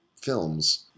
films